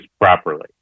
properly